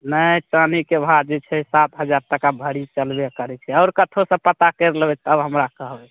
नहि चानीके भाव जे छै सात हजार टाका भरी चलबे करै छै आओर कतहुसे पता करि लेबै तब हमरा कहब